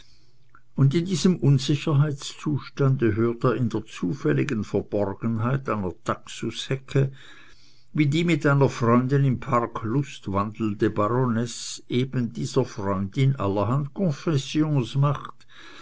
und in diesem unsicherheitszustande hört er in der zufälligen verborgenheit einer taxushecke wie die mit einer freundin im park lustwandelnde baronesse eben dieser ihrer freundin allerhand confessions macht